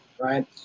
right